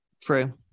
True